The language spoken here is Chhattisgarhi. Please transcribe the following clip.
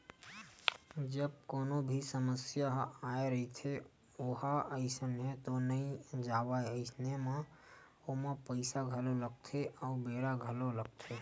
जब कोनो भी समस्या ह आय रहिथे ओहा अइसने तो नइ जावय अइसन म ओमा पइसा घलो लगथे अउ बेरा घलोक लगथे